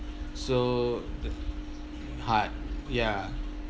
so the hard ya